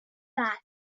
that